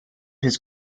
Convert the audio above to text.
his